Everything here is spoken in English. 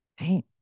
right